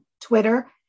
Twitter